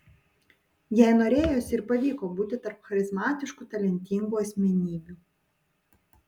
jai norėjosi ir pavyko būti tarp charizmatiškų talentingų asmenybių